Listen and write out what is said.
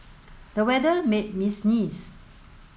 the weather made me sneeze